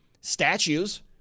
statues